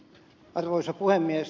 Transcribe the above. arvoisa puhemies